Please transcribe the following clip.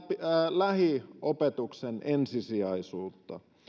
lähiopetuksen ensisijaisuutta